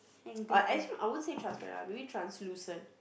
uh actually I won't say transparent ah maybe translucent